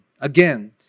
Again